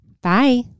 Bye